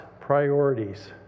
priorities